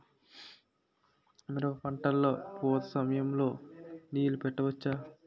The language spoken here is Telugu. మిరప పంట లొ పూత సమయం లొ నీళ్ళు పెట్టవచ్చా?